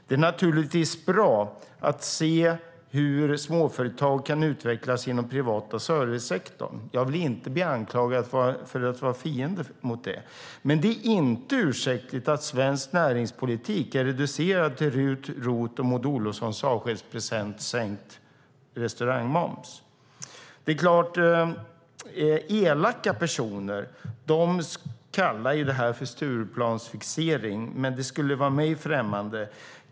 Det är naturligtvis bra att se hur småföretag kan utvecklas inom den privata servicesektorn. Jag vill inte bli anklagad för att vara fiende till det, men det är inte ursäktligt att svensk näringspolitik är reducerad till RUT, ROT och Maud Olofssons avskedspresent sänkt restaurangmoms. Elaka personer kallar detta för Stureplansfixering, men det skulle vara mig främmande.